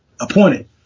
appointed